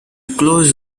close